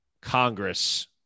Congress